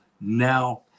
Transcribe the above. now